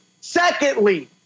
Secondly